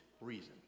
reason